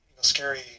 scary